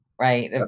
right